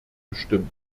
bestimmt